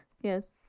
Yes